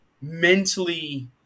mentally